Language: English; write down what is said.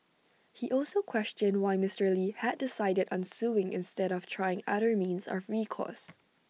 he also questioned why Mister lee had decided on suing instead of trying other means of recourse